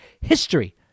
history